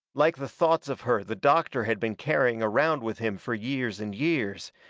like the thoughts of her the doctor had been carrying around with him fur years and years,